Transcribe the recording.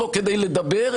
לא כדי לדבר,